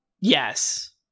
Yes